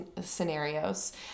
scenarios